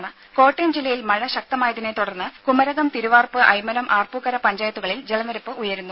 രുമ കോട്ടയം ജില്ലയിൽ മഴ ശക്തമായതിനെത്തുടർന്ന് കുമരകം തിരുവാർപ്പ് അയ്മനം ആർപ്പൂക്കര പഞ്ചായത്തുകളിൽ ജലനിരപ്പ് ഉയരുന്നു